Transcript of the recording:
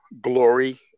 glory